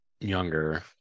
younger